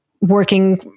working